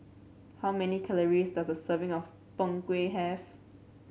how many calories does a serving of Png Kueh have